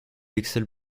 excelle